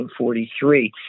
1943